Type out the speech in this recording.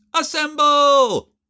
Assemble